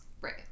Right